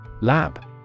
Lab